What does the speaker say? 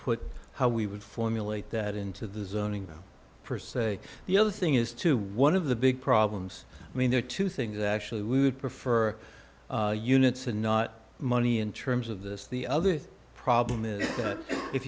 put how we would formulate that into the zoning per se the other thing is to one of the big problems i mean there are two things actually we would prefer units and not money in terms of this the other problem is